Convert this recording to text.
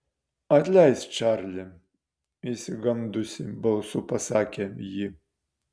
atleisk čarli išsigandusi balsu pasakė ji